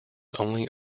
only